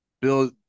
Bill